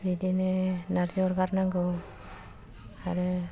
बिदिनो नारजि अरगारनांगौ आरो